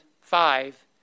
five